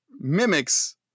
mimics